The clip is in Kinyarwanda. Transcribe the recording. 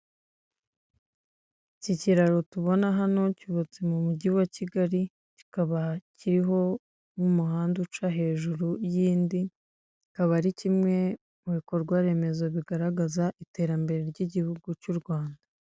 Iki kiraro tubona hano cyubatse mu mujyi wa kigali kikaba kiriho n'umuhanda uca hejuru y'indi, kikaba ari kimwe mu bikorwaremezo bigaragaza iterambere ry'u Rwanda.